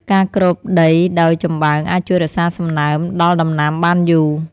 ការគ្របដីដោយចំបើងអាចជួយរក្សាសំណើមដល់ដំណាំបានយូរ។